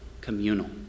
communal